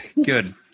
Good